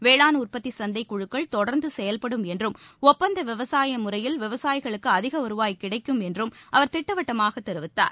வேளாண் உற்பத்தி சந்தைக்குழுக்கள் தொடர்ந்து செயல்படும் என்றும் ஒப்பந்த விவசாய முறையில் விச்சாயிகளுக்கு அதிக வருவாய் கிடைக்கும் என்றும் அவர் திட்டவட்டமாக தெரிவித்தார்